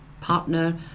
partner